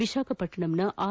ವಿಶಾಖಪಟ್ಟಣದ R